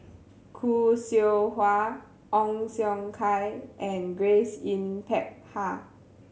Khoo Seow Hwa Ong Siong Kai and Grace Yin Peck Ha